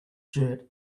shirt